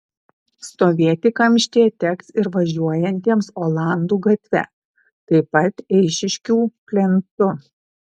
stovėti kamštyje teks ir važiuojantiems olandų gatve taip pat eišiškių plentu